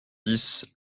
dix